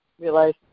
realize